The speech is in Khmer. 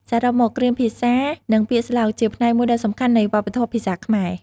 សរុបមក គ្រាមភាសានិងពាក្យស្លោកជាផ្នែកមួយដ៏សំខាន់នៃវប្បធម៌ភាសាខ្មែរ។